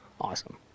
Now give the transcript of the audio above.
awesome